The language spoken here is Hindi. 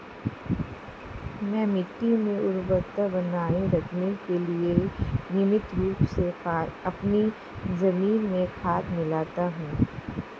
मैं मिट्टी की उर्वरता बनाए रखने के लिए नियमित रूप से अपनी जमीन में खाद मिलाता हूं